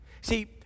See